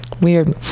weird